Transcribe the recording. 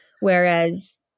Whereas